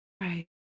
Right